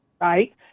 Right